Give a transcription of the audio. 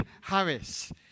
Harris